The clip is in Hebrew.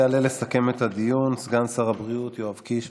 יעלה לסכם את הדיון סגן שר הבריאות יואב קיש,